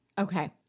Okay